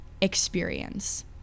experience